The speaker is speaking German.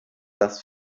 das